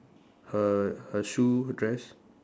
her her shoe dress